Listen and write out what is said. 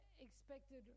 expected